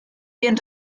bien